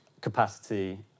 capacity